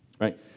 Right